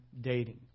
dating